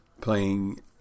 playing